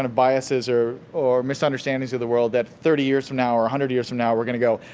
and biases or or misunderstandings of the world that thirty years from now, or a hundred years from now, we're gonna go,